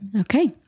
Okay